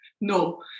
no